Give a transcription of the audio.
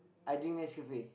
I drink Nescafe